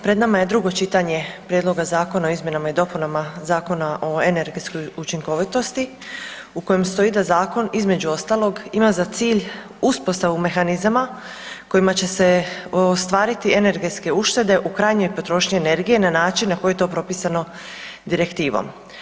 Pred nama je drugo čitanje Prijedloga zakona o izmjenama i dopunama Zakona o energetskoj učinkovitosti u kojem stoji da zakon između ostalog ima za cilj uspostavu mehanizama kojima će se ostvariti energetske uštede u krajnjoj potrošnji energije na način na koji je to propisano direktivom.